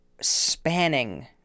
spanning